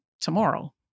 tomorrow